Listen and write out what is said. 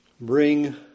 bring